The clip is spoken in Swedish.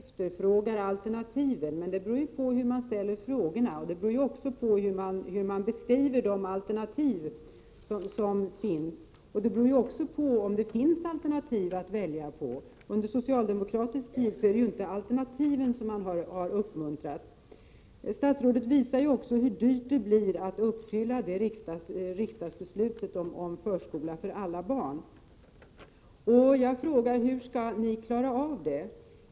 Herr talman! Statsrådet sade att endast 3 26 efterfrågar alternativen. Men det beror på hur frågorna ställs och hur alternativen beskrivs. Det beror också på om det finns alternativ att välja mellan. Under socialdemokratisk tid har inte alternativen uppmuntrats. Statsrådet visade också hur dyrt det blir att uppfylla riksdagsbeslutet om förskola för alla barn. Jag frågar då hur ni skall klara av det.